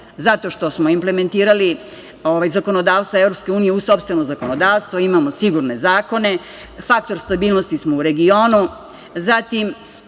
zato što smo implementirali zakonodavstvo EU u sopstveno zakonodavstvo, imamo sigurne zakone, faktor stabilnosti smo u regionu. Zatim,